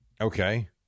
Okay